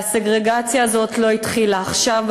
והסגרגציה הזאת לא התחילה עכשיו,